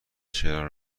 چرا